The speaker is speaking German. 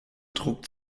druck